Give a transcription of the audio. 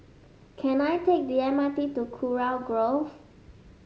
can I take the M R T to Kurau Grove